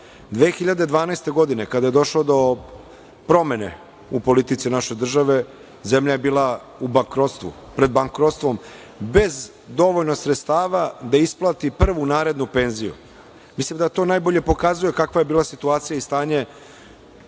2012, kada je došlo do promene u politici naše države, zemlja je bila u bankrotstvu, pred bankrotstvom, bez dovoljno sredstava da isplati prvu narednu penziju. Mislim da to najbolje pokazuje kakva je bila situacija i stanje